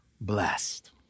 blessed